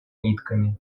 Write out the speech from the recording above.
нитками